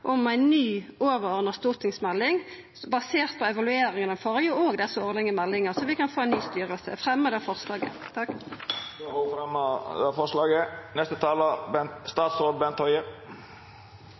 ny overordna stortingsmelding basert på ei evaluering av den førre og desse årlege meldingane, så vi kan få ei ny …. Eg fremjar det forslaget. Representanten Kjersti Toppe har teke opp det forslaget